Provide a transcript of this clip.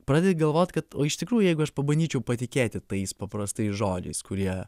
pradedi galvot kad o iš tikrųjų jeigu aš pabandyčiau patikėti tais paprastais žodžiais kurie